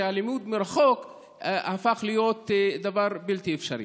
כשהלימוד מרחוק הפך להיות בלתי אפשרי.